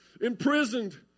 imprisoned